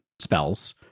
spells